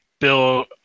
Bill